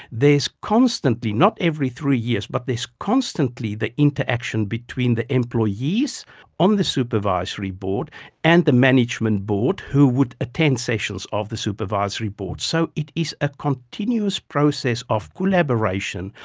there is constantly, not every three years, but there is constantly the interaction between the employees on the supervisory board and the management board who would attend sessions of the supervisory board. so it is a continuous process of collaboration,